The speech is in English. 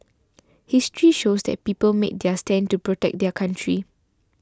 history shows that people made their stand to protect their country